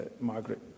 Margaret